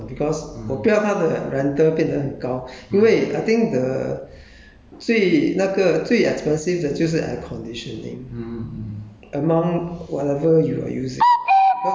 uh 那边 actually 有 aircon but I try not to use the aircon because 我不要他的 rental 变得很高因为 I think the 最那个最 expensive 的就是 air conditioning